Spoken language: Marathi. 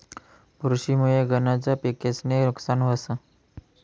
बुरशी मुये गनज पिकेस्नं नुकसान व्हस